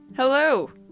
Hello